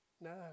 No